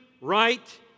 right